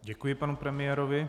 Děkuji panu premiérovi.